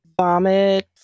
vomit